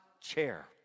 chair